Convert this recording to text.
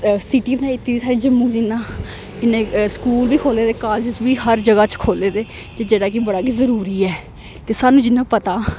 city बनाई द्ती दी साढ़े जम्मू जिन्ना इन्ने स्कूल बी खोह्ले दे कॉलेज बी हर जगह च खोलेे दे जेह्ड़ा कि बड़ा गै जरूरी ऐ ते स्हानू जिन्ना पता